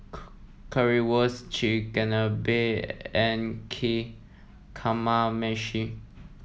Currywurst Chigenabe and K Kamameshi